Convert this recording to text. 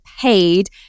paid